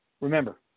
Remember